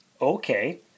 okay